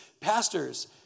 pastors